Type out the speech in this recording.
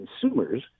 consumers